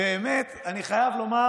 באמת, אני חייב לומר,